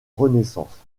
renaissance